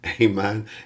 amen